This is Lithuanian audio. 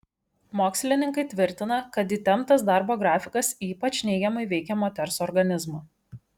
mokslininkai tvirtina kad įtemptas darbo grafikas ypač neigiamai veikia moters organizmą